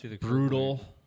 brutal